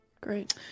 Great